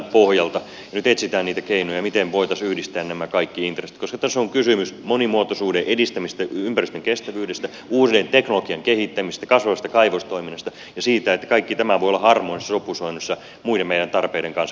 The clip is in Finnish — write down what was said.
nyt etsitään niitä keinoja miten voitaisiin yhdistää nämä kaikki intressit koska tässä on kysymys monimuotoisuuden edistämisestä ympäristön kestävyydestä uuden teknologian kehittämisestä kasvavasta kaivostoiminnasta ja siitä että kaikki tämä voi olla harmonisessa sopusoinnussa muiden meidän tarpeidemme kanssa kuten matkailun kanssa